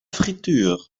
frituur